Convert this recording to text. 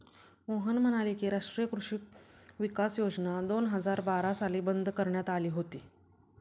मोहन म्हणाले की, राष्ट्रीय कृषी विकास योजना दोन हजार बारा साली बंद करण्यात आली होती